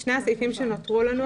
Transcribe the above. שני הסעיפים שנותרו לנו,